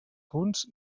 punts